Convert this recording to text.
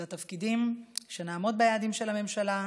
שנעמוד ביעדים של הממשלה.